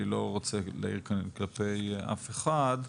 אני לא רוצה להעיר כאן כלפי אף אחד,